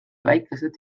väikesed